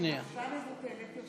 התש"ף 2020, נתקבל.